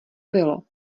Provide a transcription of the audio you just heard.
bylo